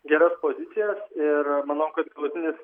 geras pozicijas ir manau kad galutinis